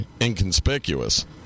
inconspicuous